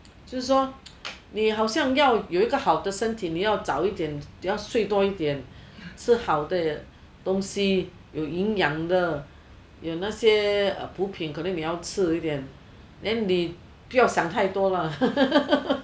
就是说你好像要有一个好的身体你要早一点睡多一点吃好的东西有营养的有哪些补品可能你要吃多一点 then 你不要想太多啦